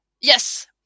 Yes